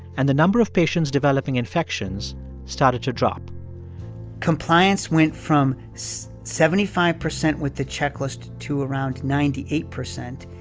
and the number of patients developing infections started to drop compliance went from so seventy five percent with the checklist to around ninety eight percent.